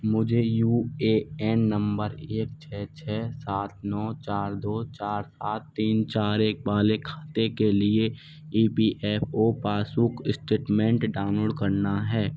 मुझे U A N नंबर एक छः छः सात नौ चार दो चार सात तीन चार एक वाले खाते के लिए E P F O passbook statement download करना है